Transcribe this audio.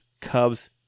Cubs